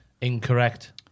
Incorrect